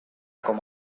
com